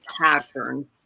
patterns